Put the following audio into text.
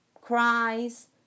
cries